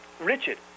Richard